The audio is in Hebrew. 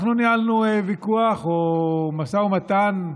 אנחנו ניהלנו ויכוח או משא ומתן,